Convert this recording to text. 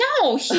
No